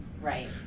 Right